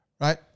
Right